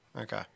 Okay